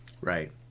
Right